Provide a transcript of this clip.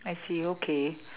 I see okay